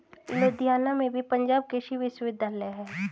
लुधियाना में भी पंजाब कृषि विश्वविद्यालय है